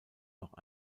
noch